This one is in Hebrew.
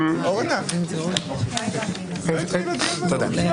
אם חבריך לא יפריעו, אתה גם תשמע.